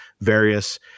various